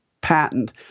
patent